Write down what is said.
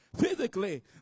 physically